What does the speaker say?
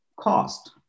cost